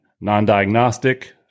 non-diagnostic